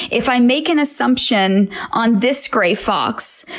if i make an assumption on this gray fox,